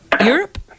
Europe